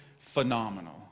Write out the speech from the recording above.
phenomenal